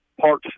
parts